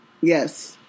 Yes